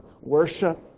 worship